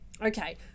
Okay